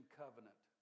covenant